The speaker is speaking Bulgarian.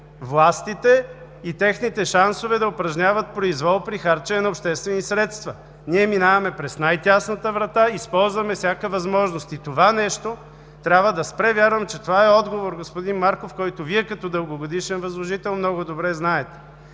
властите и техните шансове да упражняват произвол при харчене на обществени средства. Ние минаваме през най-тясната врата, използваме всяка възможност и това нещо трябва да спре. Вярвам, че това е отговор, господин Марков, който Вие, като дългогодишен възложител, много добре знаете.